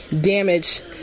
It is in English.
damage